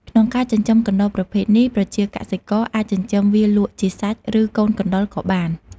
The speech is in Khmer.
ក្នុងការចិញ្ចឹមកណ្តុរប្រភេទនេះ ប្រជាកសិករអាចចិញ្ចឹមវាលក់ជាសាច់ ឬកូនកណ្តុរក៏បាន។